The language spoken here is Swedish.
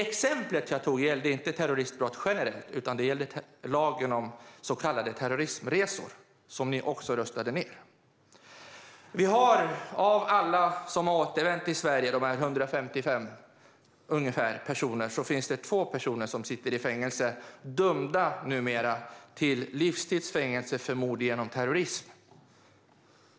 Exemplet jag tog gällde inte terroristbrott generellt, utan det gällde lagen om så kallade terroristresor som ni också röstade ned. Av alla de ungefär 155 personer som har återvänt till Sverige är det två personer som sitter i fängelse, dömda till livstids fängelse för mord genom terrorism.